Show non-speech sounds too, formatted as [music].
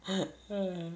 hehe [noise]